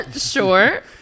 Sure